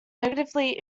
negatively